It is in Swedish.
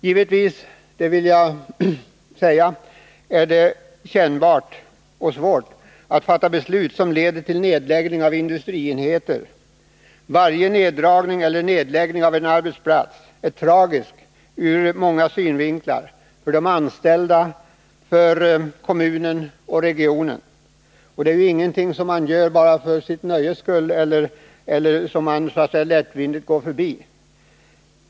Givetvis är det kännbart och svårt att fatta beslut som leder till nedläggning av industrienheter. Varje neddragning av sysselsättningen eller nedläggning av en arbetsplats är tragisk för de anställda, för kommunen och för regionen. Det är ingenting som man gör för sitt nöjes skull eller lättvindigt går förbi.